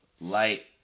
light